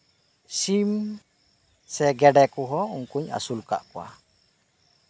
ᱥᱤᱢ ᱥᱮ ᱜᱮᱰᱮ ᱠᱚᱦᱩᱸᱧ ᱩᱱᱠᱩᱧ ᱟᱹᱥᱩᱞ ᱟᱠᱟᱫ ᱠᱚᱣᱟ